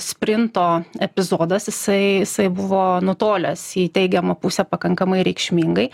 sprinto epizodas jisai jisai buvo nutolęs į teigiamą pusę pakankamai reikšmingai